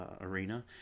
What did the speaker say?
arena